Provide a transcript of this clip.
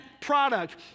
product